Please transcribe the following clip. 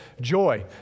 joy